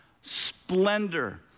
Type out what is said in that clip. splendor